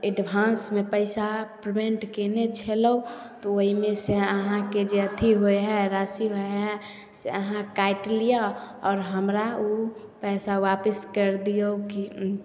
एडवान्समे पइसा पेमेन्ट कएने छलहुँ तऽ ओहिमेसे अहाँके जे अथी होइ हइ राशि होइ हइ से अहाँ काटि लिअऽ आओर हमरा ओ पइसा आपिस करि दिऔ कि